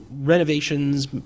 renovations